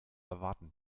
erwarten